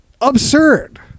absurd